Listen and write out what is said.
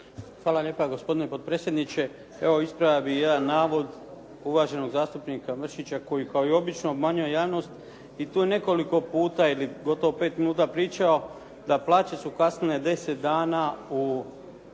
Hvala lijepa gospodine potpredsjedniče. Evo ispravo bih jedan navod uvaženog zastupnika Mršića koji kao i obično obmanjuje javnost i to je nekoliko puta i gotovo 5 minuta pričao da plaće su kasnile 10 dana u,